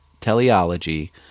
teleology